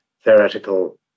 theoretical